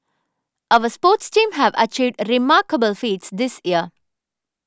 our sports teams have achieved remarkable feats this year